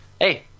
Hey